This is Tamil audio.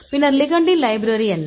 பின்னர் லிகெண்டின் லைப்ரரி என்ன